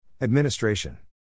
Administration